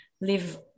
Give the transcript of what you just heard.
live